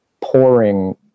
pouring